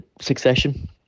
Succession